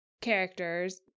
characters